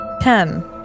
Ten